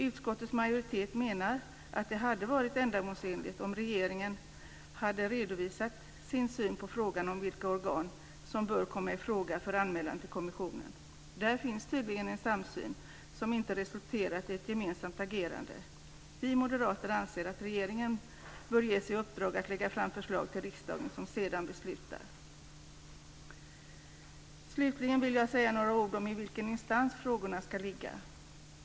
Utskottets majoritet menar att det hade varit ändamålsenligt om regeringen hade redovisat sin syn på frågan om vilka organ som bör komma i fråga för anmälan till kommissionen. Där finns tydligen en samsyn, som inte resulterat i ett gemensamt agerande. Vi moderater anser att regeringen bör ges i uppdrag att lägga fram förslag till riksdagen som sedan beslutar. Slutligen vill jag säga några ord om i vilken instans frågorna ska ligga.